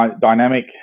dynamic